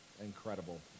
incredible